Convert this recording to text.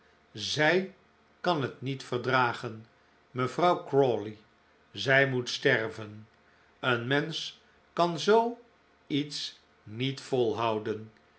zij kan het niet verdragen mevrouw crawley zij moet sterven een mensch kan zoo iets niet volhouden